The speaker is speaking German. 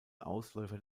ausläufer